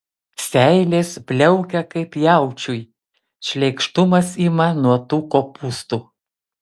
seilės bliaukia kaip jaučiui šleikštumas ima nuo tų kopūstų